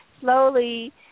slowly